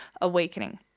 awakening